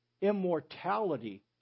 immortality